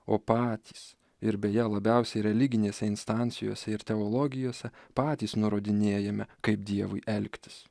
o patys ir beje labiausiai religinėse instancijose ir teologijose patys nurodinėjame kaip dievui elgtis